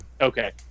Okay